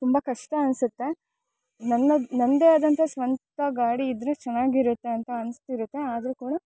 ತುಂಬ ಕಷ್ಟ ಅನಿಸುತ್ತೆ ನನ್ನದು ನಂದೇ ಆದಂಥ ಸ್ವಂತ ಗಾಡಿಯಿದ್ರೆ ಚೆನ್ನಾಗಿರುತ್ತೆ ಅಂತ ಅನಿಸ್ತಿರತ್ತೆ ಆದರು ಕೂಡ